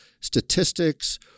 statistics